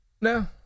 No